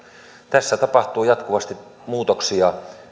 tässä tapahtuu jatkuvasti muutoksia